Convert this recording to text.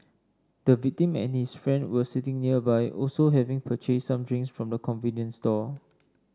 the victim and his friend were sitting nearby also having purchased some drinks from the convenience store